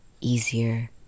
easier